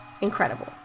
Incredible